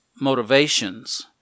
motivations